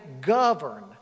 govern